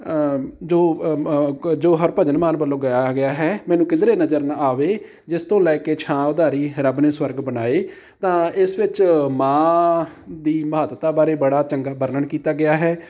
ਜੋ ਜੋ ਹਰਭਜਨ ਮਾਨ ਵੱਲੋਂ ਗਾਇਆ ਗਿਆ ਹੈ ਮੈਨੂੰ ਕਿਧਰੇ ਨਜ਼ਰ ਨਾ ਆਵੇ ਜਿਸ ਤੋਂ ਲੈ ਕੇ ਛਾਂ ਉਧਾਰੀ ਰੱਬ ਨੇ ਸਵਰਗ ਬਣਾਏ ਤਾਂ ਇਸ ਵਿੱਚ ਮਾਂ ਦੀ ਮਹੱਤਤਾ ਬਾਰੇ ਬੜਾ ਚੰਗਾ ਵਰਣਨ ਕੀਤਾ ਗਿਆ ਹੈ